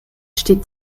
steht